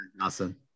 awesome